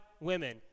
women